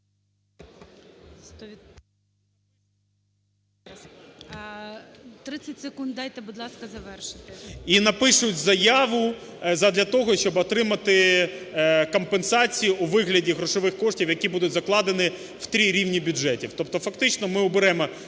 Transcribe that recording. І напишуть заяву задля того, щоби отримати компенсацію у вигляді грошових коштів, які будуть закладені в три рівні бюджетів. Тобто фактично уберемо